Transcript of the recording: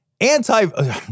Anti